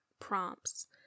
prompts